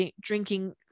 drinking